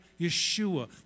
Yeshua